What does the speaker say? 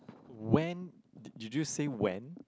when did did you say when